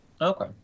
Okay